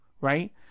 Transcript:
right